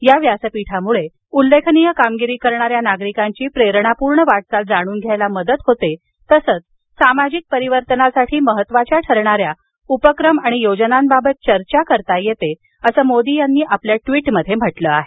या व्यासपीठामुळे उल्लेखनीय कामगिरी करणाऱ्या नागरिकांची प्रेरानापूर्ण वाटचाल जाणून घेण्यास मदत होते तसच सामाजिक परिवर्तनासाठी महत्त्वाच्या ठरणाऱ्या उपक्रम आणि योजनांबाबत चर्चा करता येते असं मोदी यांनी आपल्या ट्वीटमध्ये म्हटलं आहे